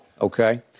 Okay